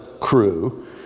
crew